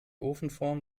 ofenform